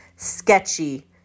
sketchy